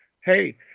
Hey